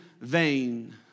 vain